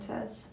Says